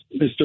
Mr